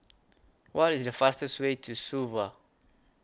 What IS The fastest Way to Suva